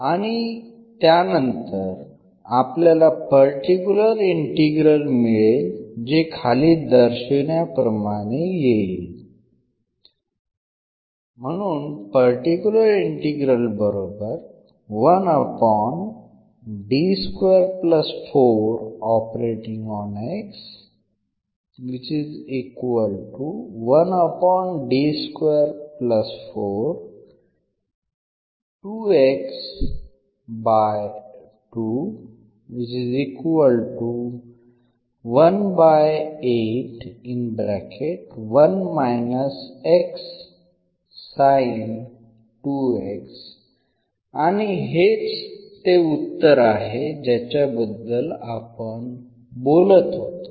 आणि त्यानंतर आपल्याला पर्टिक्युलर इंटिग्रेट मिळेल जे खाली दर्शविल्याप्रमाणे येईल आणि हेच ते उत्तर आहे ज्याच्याबद्दल आपण बोलत आहोत